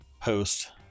post